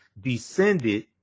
descended